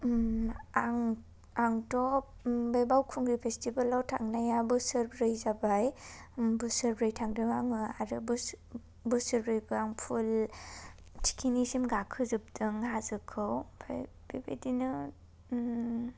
आं आंथ' बे बावखुंग्रि फेस्टिबेलाव थांनाया बोसोरब्रै जाबाय बोसोरब्रै थांदों आङो आरो बोसोरब्रैबो आं फुल थिखिनिसिम गाखोजोबदों हाजोखौ ओमफ्राय बेबायदिनो